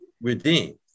redeemed